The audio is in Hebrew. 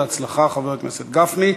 בהצלחה, חבר הכנסת גפני.